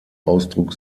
ausdruck